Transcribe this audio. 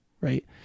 Right